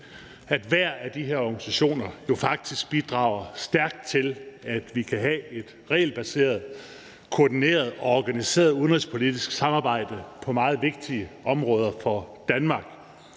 at hver af de her organisationer jo faktisk bidrager stærkt til, at vi kan have et regelbaseret, koordineret og organiseret udenrigspolitisk samarbejde på meget vigtige områder for Danmark.